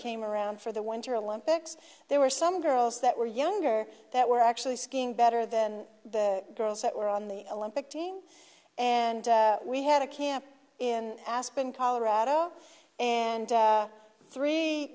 came around for the winter olympics there were some girls that were younger that were actually skiing better than the girls that were on the olympic team and we had a camp in aspen colorado and three